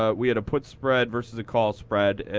ah we had a put spread versus a call spread.